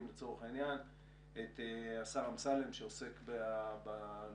לצורך העניין - את השר אמסלם שעוסק בנושא,